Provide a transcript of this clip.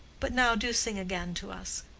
but now do sing again to us.